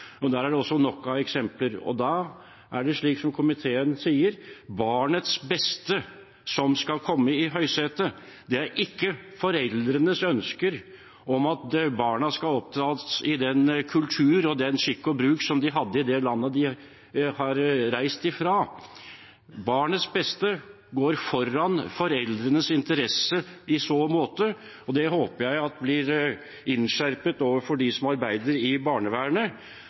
bruk. Der er det nok av eksempler. Da er det, som komiteen sier, barnets beste som skal komme i høysetet. Det er ikke foreldrenes ønske om at barna skal oppdras i den kultur og den skikk og bruk som de hadde i det landet de har reist fra. Barnets beste går foran foreldrenes interesse i så måte, og jeg håper det blir innskjerpet overfor dem som arbeider i barnevernet,